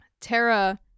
Tara